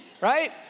right